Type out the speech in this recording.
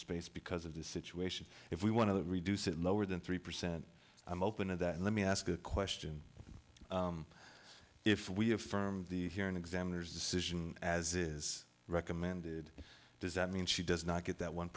space because of the situation if we want to reduce it lower than three percent i'm open to that let me ask a question if we affirm the hearing exam there's a decision as is recommended does that mean she does not get that one